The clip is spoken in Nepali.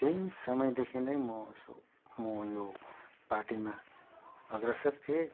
त्यही समयदेखि नै म यसो म यो पार्टीमा अग्रसर थिएँ